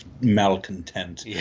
malcontent